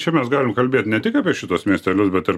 čia mes galim kalbėt ne tik apie šituos miestelius bet ir